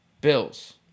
Bills